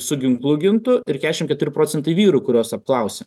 su ginklu gintų ir keturiasdešimt keturi procentai vyrų kuriuos apklausė